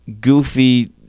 goofy